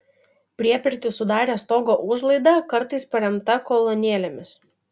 priepirtį sudarė stogo užlaida kartais paremta kolonėlėmis